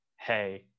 hey